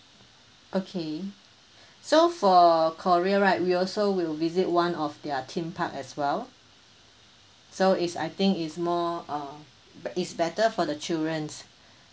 okay so for korea right we also will visit one of their theme park as well so is I think is more uh be~ is better for the children